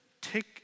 take